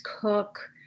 cook